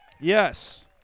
yes